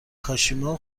کاشیما